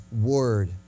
word